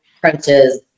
crunches